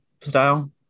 style